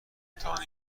امتحان